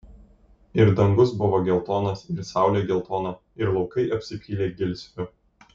ir dangus buvo geltonas ir saulė geltona ir laukai apsipylė gelsviu